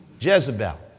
Jezebel